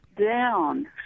down